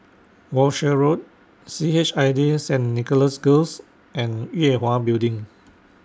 Walshe Road C H I J Saint Nicholas Girls and Yue Hwa Building